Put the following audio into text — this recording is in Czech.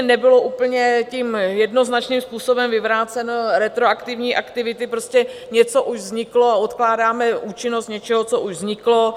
Nebyly úplně jednoznačným způsobem vyvráceny retroaktivní aktivity prostě něco už vzniklo a odkládáme účinnost něčeho, co už vzniklo.